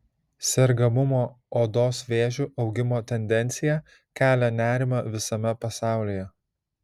sergamumo odos vėžiu augimo tendencija kelia nerimą visame pasaulyje